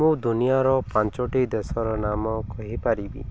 ମୁଁ ଦୁନିଆର ପାଞ୍ଚଟି ଦେଶର ନାମ କହିପାରିବି